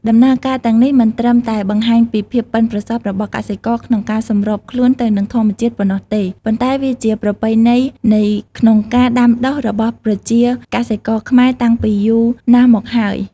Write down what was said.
ដំណើរការទាំងនេះមិនត្រឹមតែបង្ហាញពីភាពប៉ិនប្រសប់របស់កសិករក្នុងការសម្របខ្លួនទៅនឹងធម្មជាតិប៉ុណ្ណោះទេ ប៉ុន្តែវាជាប្រពៃណីនៃក្នុងការដាំដុះរបស់ប្រជាកសិករខ្មែរតាំងពីយូរណាស់មកហើយ។